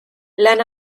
lan